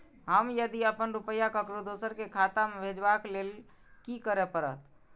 हम यदि अपन रुपया ककरो दोसर के खाता में भेजबाक लेल कि करै परत?